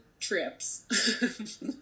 trips